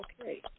okay